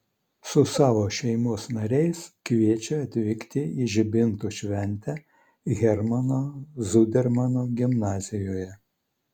su savo šeimos nariais kviečia atvykti į žibintų šventę hermano zudermano gimnazijoje